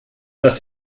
dass